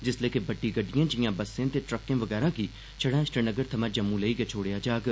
जिसलै के बड्डी गड्डिए जिआं बसें ते ट्रक्कें वगैरा गी छड़ा श्रीनगर थमां जम्मू लेई गै छोड़ेआ जाग